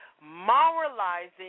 moralizing